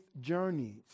journeys